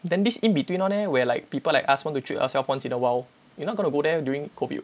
then this in between [one] eh where like people like us want to treat ourself once in a while you're not going to go there during COVID [what]